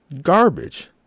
garbage